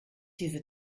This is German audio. diese